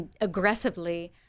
aggressively